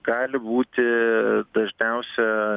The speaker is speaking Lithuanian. gali būti dažniausia